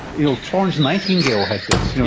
you know, florence nightingale had this,